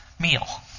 meal